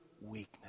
weakness